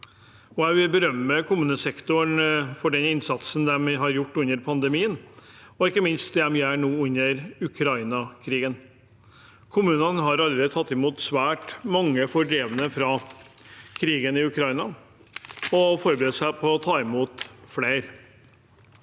Jeg vil berømme kommunesektoren for den innsatsen de har gjort under pandemien, og ikke minst det de gjør nå under Ukraina-krigen. Kommunene har allerede tatt imot svært mange fordrevne fra krigen i Ukraina og forbereder seg på å ta imot flere,